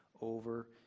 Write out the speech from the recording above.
over